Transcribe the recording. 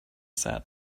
said